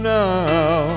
now